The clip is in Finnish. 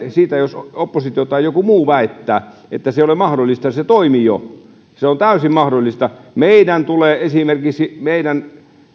siitä jos oppositio tai joku muu väittää että se ei ole mahdollista se toimii jo se on täysin mahdollista meidän tulee esimerkiksi